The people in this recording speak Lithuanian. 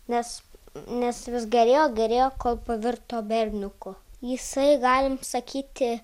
nes nes vis gerėjo gerėjo kol pavirto berniuku jisai galim sakyti